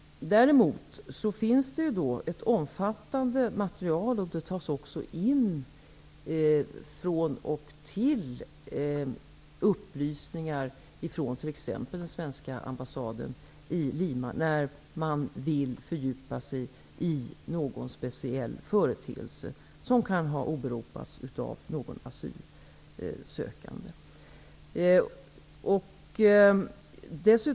Det finns däremot ett omfattande material, och den svenska ambassaden i Lima tar t.ex. också från och till in upplysningar när man vill fördjupa sig i någon speciell företeelse, som kan ha åberopats av en asylsökande.